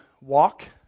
walk